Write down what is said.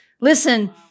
Listen